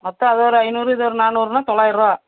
மொத்தம் அது ஒரு ஐந்நூறு இது ஒரு நானூறுனால் தொள்ளாயிர்ருவா